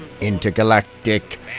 intergalactic